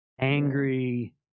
angry